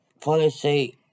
policy